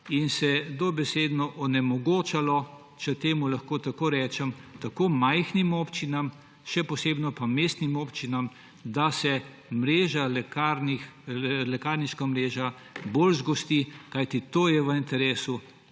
in se je dobesedno onemogočalo, če temu lahko tako rečem, majhnim občinam, še posebno pa mestnim občinam, da se lekarniška mreža bolj zgosti. To je v interesu